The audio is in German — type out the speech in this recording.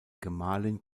gemahlin